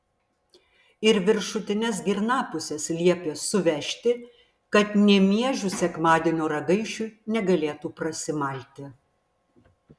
ir viršutines girnapuses liepė suvežti kad nė miežių sekmadienio ragaišiui negalėtų prasimalti